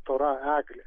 stora eglė